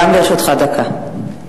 גם לרשותך דקה.